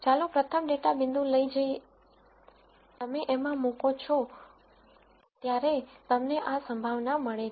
ચાલો પ્રથમ data point લઇ જઈ તમે એમાં મુકો છો ત્યારે તમને આ પ્રોબેબિલિટી મળે છે